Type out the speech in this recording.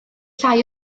llai